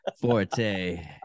forte